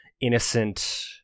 innocent